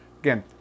again